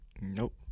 Nope